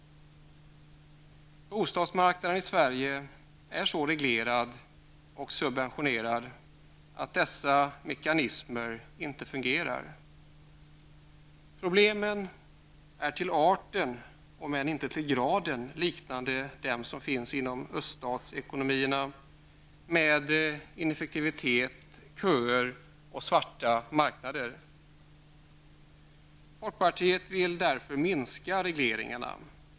Bostadsmarknaden i Sverige är så reglerad och subventionerad att dessa mekanismer inte fungerar. Problemen är till arten om än inte till graden liknande dem som finns i öststatsekonomierna med ineffektivitet, köer och svarta marknader. Folkpartiet liberalerna vill därför minska regleringarna.